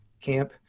camp